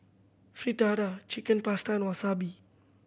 Fritada Chicken Pasta and Wasabi